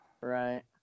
Right